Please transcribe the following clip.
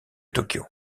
tokyo